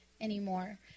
anymore